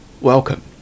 welcome